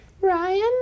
Ryan